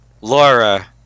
Laura